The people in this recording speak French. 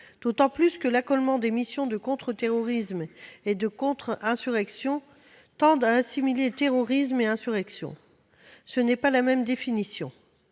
d'autant que l'accolement des missions de contre-terrorisme et de contre-insurrection tend à assimiler terrorisme et insurrection. Or il ne s'agit pas de la même chose.